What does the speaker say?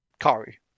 Kari